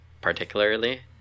particularly